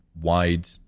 wide